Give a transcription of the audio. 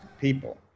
people